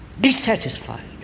dissatisfied